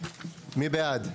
מי בעד?